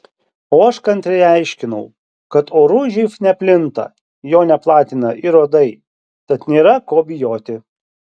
o aš kantriai aiškinau kad oru živ neplinta jo neplatina ir uodai tad nėra ko bijoti